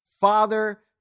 Father